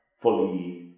fully